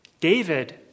David